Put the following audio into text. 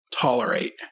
tolerate